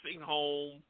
home